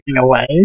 away